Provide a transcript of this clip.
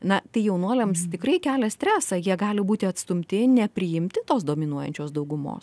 na tai jaunuoliams tikrai kelia stresą jie gali būti atstumti nepriimti tos dominuojančios daugumos